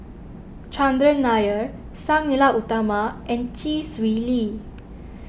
Chandran Nair Sang Nila Utama and Chee Swee Lee